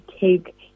take